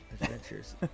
adventures